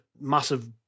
massive